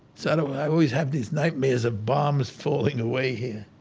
so i always have these nightmares of bombs falling away here.